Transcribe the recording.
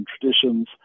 traditions